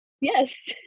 Yes